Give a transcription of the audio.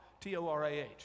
T-O-R-A-H